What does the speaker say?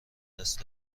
دست